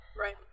Right